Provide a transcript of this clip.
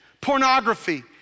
pornography